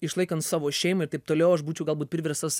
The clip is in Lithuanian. išlaikant savo šeimą ir taip toliau aš būčiau galbūt priverstas